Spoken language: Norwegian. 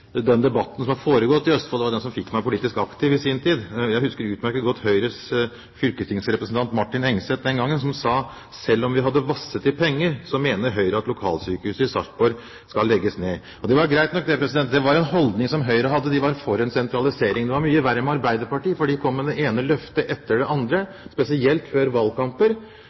den debatten som foregikk i Østfold, det var den som fikk meg politisk aktiv i sin tid. Jeg husker utmerket godt at Høyres fylkestingsrepresentant Martin Engeset den gangen sa at selv om vi hadde vasset i penger, mener Høyre at lokalsykehuset i Sarpsborg skal legges ned. Det var greit nok, det, det var en holdning Høyre hadde. De var for en sentralisering. Det var mye verre med Arbeiderpartiet, for de kom med det ene løftet etter det andre, spesielt før valgkamper.